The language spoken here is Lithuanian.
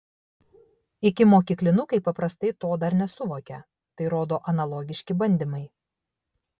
ikimokyklinukai paprastai to dar nesuvokia tai rodo analogiški bandymai